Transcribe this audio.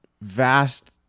vast